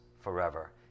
forever